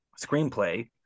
screenplay